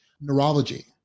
Neurology